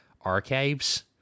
archives